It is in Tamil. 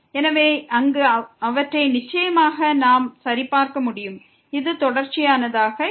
எனவே அங்கு அவற்றை நிச்சயமாக நாம் சரிபார்க்க முடியும் இது தொடர்ச்சியானதாக இல்லை